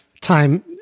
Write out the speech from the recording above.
time